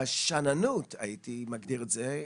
השאננות כפי שהייתי מגדיר את זה,